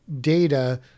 data